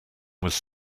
was